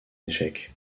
échec